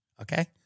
okay